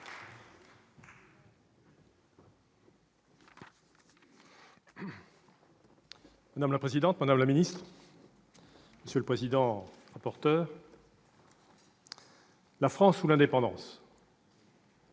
Madame la présidente, madame la ministre, monsieur le rapporteur, la France ou l'indépendance ?